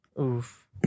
Oof